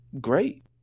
Great